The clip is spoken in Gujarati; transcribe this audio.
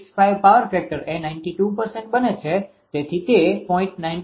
65 પાવર ફેક્ટર એ 92 બને છે તેથી તે 0